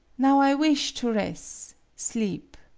now i wish to res' sleep.